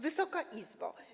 Wysoka Izbo!